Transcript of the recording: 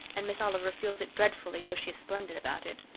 and miss oliver feels it dreadfully, though she is splendid about it.